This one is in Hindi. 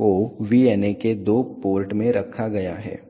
को VNA के दो पोर्ट में रखा गया है